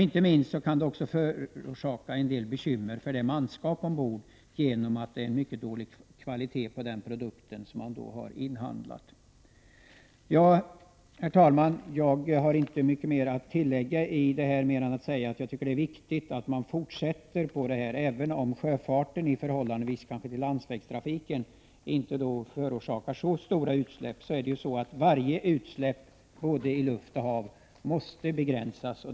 Det kan också förorsaka en del bekymmer för manskapet ombord, på grund av att det är mycket dålig kvalitet på den produkt som man har inhandlat. Herr talman! Jag har inte mycket mer att tillägga mer än att jag tycker att det är viktigt att man fortsätter med detta arbete. Sjöfarten kanske inte förorsakar så stora utsläpp i förhållande till landsvägstrafiken, men varje utsläpp både i luft och i hav måste begränsas.